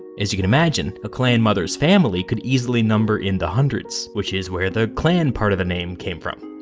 as you can imagine, a clan mother's family could easily number in the hundreds, which is where the clan part of the name came from.